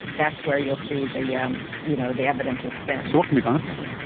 that's where you will see the yeah you know the evidence of spin. so what can be done about it?